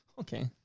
Okay